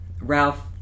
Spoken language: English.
Ralph